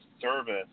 service